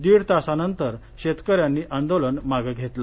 दीड तासानंतर शेतक यांनी आंदोलन मागे घेतलं